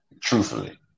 truthfully